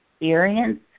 experience